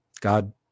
God